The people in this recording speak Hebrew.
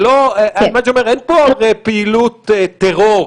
מה שאני אומר, אין פה הרי פעילות טרור